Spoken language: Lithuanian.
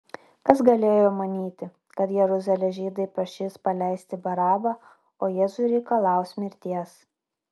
kas galėjo manyti kad jeruzalės žydai prašys paleisti barabą o jėzui reikalaus mirties